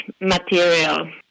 material